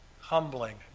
humbling